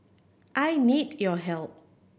I need your help